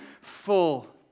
full